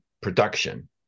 production